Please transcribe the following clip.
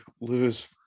lose